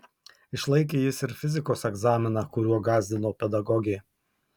išlaikė jis ir fizikos egzaminą kuriuo gąsdino pedagogė